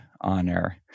honor